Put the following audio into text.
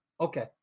Okay